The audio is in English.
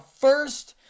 first